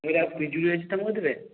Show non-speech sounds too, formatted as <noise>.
<unintelligible> ପିଜୁଳି ଅଛି ତୁମ କତିରେ